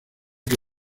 que